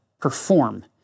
perform